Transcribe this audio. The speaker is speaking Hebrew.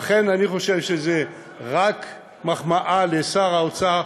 לכן אני חושב שזאת רק מחמאה לשר האוצר,